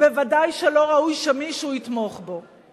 ודאי שלא ראוי שמישהו יתמוך בו.